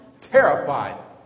terrified